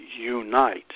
unite